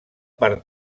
per